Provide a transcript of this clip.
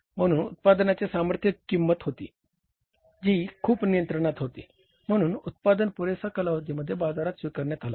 म्हणून उत्पादनाचे सामर्थ्य किंमत होती जी खूप नियंत्रणात होती म्हणून उत्पादन पुरेसा कालावधीमध्ये बाजारात स्वीकारण्यात आला